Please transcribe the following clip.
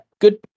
good